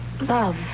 Love